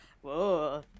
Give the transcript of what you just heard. whoa